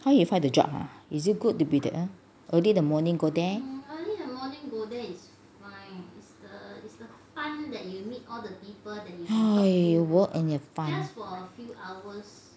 how you find the job ha is it good to be that ah early in the morning go there !haiya! work end at five